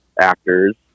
actors